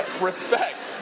respect